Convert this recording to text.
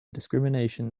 discrimination